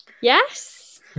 Yes